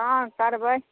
हँ करबै